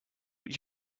what